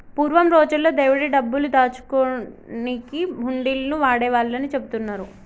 పూర్వం రోజుల్లో దేవుడి డబ్బులు దాచుకునేకి హుండీలను వాడేవాళ్ళని చెబుతున్నరు